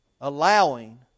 allowing